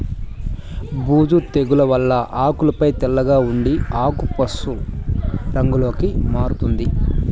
బూజు తెగుల వల్ల ఆకులపై తెల్లగా ఉండి ఆకు పశు రంగులోకి మారుతాది